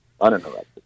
uninterrupted